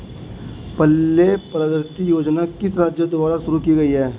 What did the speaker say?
पल्ले प्रगति योजना किस राज्य द्वारा शुरू की गई है?